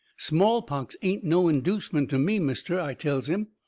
smallpox ain't no inducement to me, mister, i tells him.